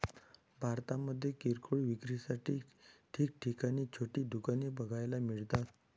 भारतामध्ये किरकोळ विक्रीसाठी ठिकठिकाणी छोटी दुकाने बघायला मिळतात